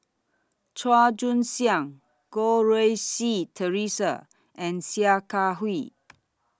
Chua Joon Siang Goh Rui Si Theresa and Sia Kah Hui